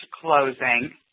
closing